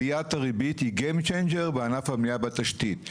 עליית הריבית היא גיים צ'יינג'ר בענף הבנייה והתשתית.